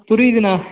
புரியுதுண்ணா